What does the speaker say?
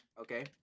Okay